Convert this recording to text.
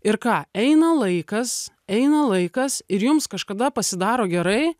ir ką eina laikas eina laikas ir jums kažkada pasidaro gerai